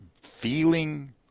feeling